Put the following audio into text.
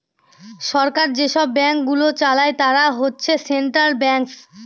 সরকার যেসব ব্যাঙ্কগুলো চালায় তারা হচ্ছে সেন্ট্রাল ব্যাঙ্কস